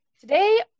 Today